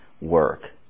work